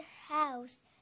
house